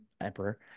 emperor